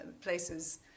places